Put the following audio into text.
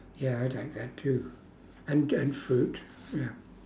ya I'd like that too and and fruit ya